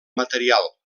material